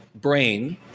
brain